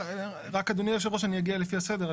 אדוני היושב-ראש, אני אגיע לפי הסדר.